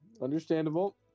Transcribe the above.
Understandable